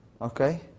Okay